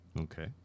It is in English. Okay